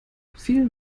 vielen